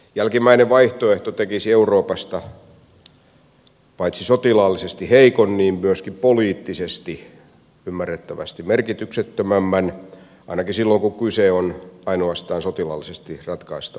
jälkimmäinen vaihtoehto tekisi euroopasta paitsi sotilaallisesti heikon myöskin ymmärrettävästi poliittisesti merkityksettömämmän ainakin silloin kun kyse on ainoastaan sotilaallisesti ratkaistavista tilanteista